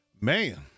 Man